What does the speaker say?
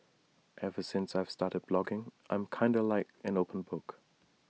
ever since I've started blogging I'm kinda like an open book